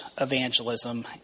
evangelism